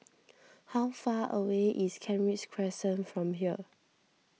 how far away is Kent Ridge Crescent from here